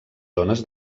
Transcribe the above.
zones